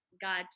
God